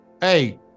Hey